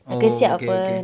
oh okay okay